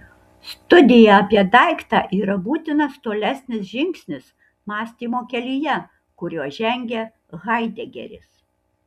studija apie daiktą yra būtinas tolesnis žingsnis mąstymo kelyje kuriuo žengia haidegeris